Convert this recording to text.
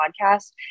podcast